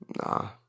nah